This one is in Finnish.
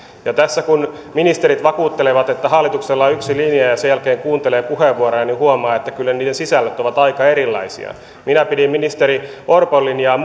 tässä kun ministerit vakuuttelevat että hallituksella on yksi linja ja sen jälkeen kuuntelee puheenvuoroja niin huomaa että kyllä niiden sisällöt ovat aika erilaisia minä pidin ministeri orpon linjaa